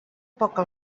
poca